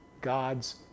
God's